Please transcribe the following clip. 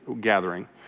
gathering